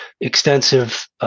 extensive